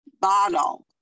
bottle